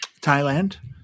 Thailand